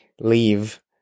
leave